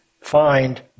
find